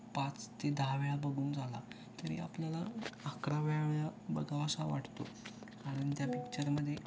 पाच ते दहा वेळा बघून झाला तरी आपल्याला अकरा वेळा बघावासा वाटतो कारण त्या पिच्चरमध्ये